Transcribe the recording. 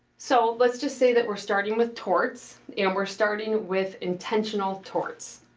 so, let's just say that we're starting with torts and we're starting with intentional torts.